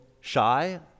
shy